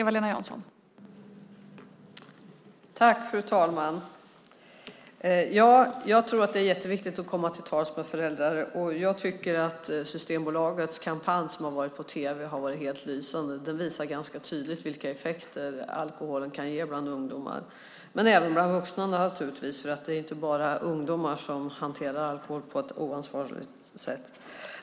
Fru talman! Jag tror att det är jätteviktigt att komma till tals med föräldrar. Jag tycker att Systembolagets kampanj som har varit på tv har varit helt lysande. Den visar tydligt vilka effekter alkoholen kan ge bland ungdomar, men även bland vuxna naturligtvis. Det är inte bara ungdomar som hanterar alkohol på ett oansvarigt sätt.